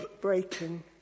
breaking